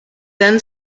then